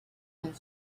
and